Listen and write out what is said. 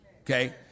Okay